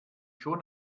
schon